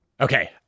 Okay